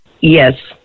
Yes